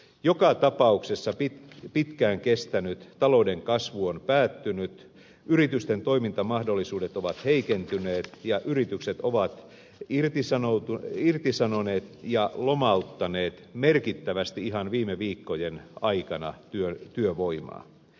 joka tapauksessa pitkään kestänyt talouden kasvu on päättynyt yritysten toimintamahdollisuudet ovat heikentyneet ja yritykset ovat irtisanoneet ja lomauttaneet merkittävästi ihan viime viikkojen aikana työvoimaa